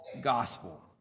gospel